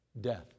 Death